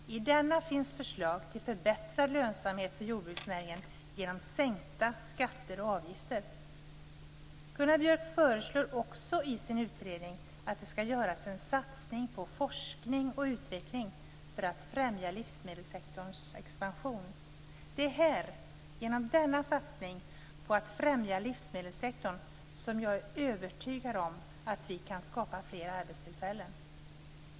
I den finns förslag till förbättrad lönsamhet för jordbruksnäringen genom sänkta skatter och avgifter. Gunnar Björk föreslår också i sin utredning att det skall göras en satsning på forskning och utveckling för att främja livsmedelssektorns expansion. Det är här, genom denna satsning på att främja livsmedelssektorn, som jag är övertygad om att vi kan skapa fler arbetstillfällen.